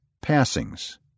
Passings